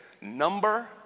number